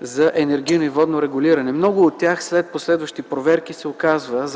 за енергийно и водно регулиране. За много от тях след последващи проверки се оказва,